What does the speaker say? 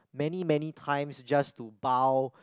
many many times just to bow